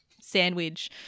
Sandwich